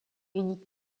unique